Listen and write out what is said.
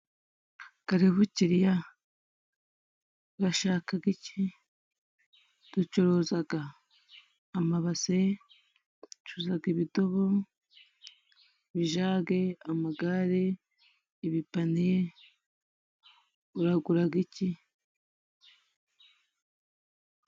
Karibu kiriya, washakaga iki ? Ducuruzaga amabase, ducuruzaga ibidobo, ibijage, amagare, ibipaniye uraguraga iki?